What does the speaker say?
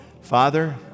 father